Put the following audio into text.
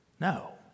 No